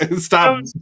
Stop